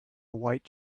white